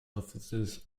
officers